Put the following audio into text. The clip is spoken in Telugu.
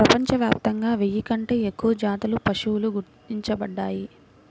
ప్రపంచవ్యాప్తంగా వెయ్యి కంటే ఎక్కువ జాతుల పశువులు గుర్తించబడ్డాయి